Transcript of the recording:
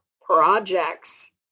projects